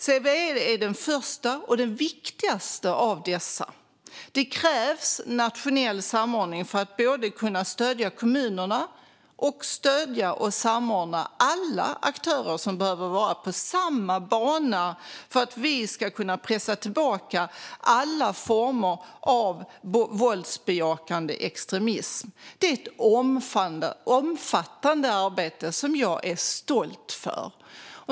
CVE är det första och det viktigaste av dessa. Det krävs nationell samordning för att både kunna stödja kommunerna och stödja och samordna alla aktörer som behöver vara på samma bana för att vi ska kunna pressa tillbaka alla former av våldsbejakande extremism. Det är ett omfattande arbete som jag är stolt över.